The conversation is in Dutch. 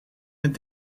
het